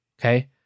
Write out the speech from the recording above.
Okay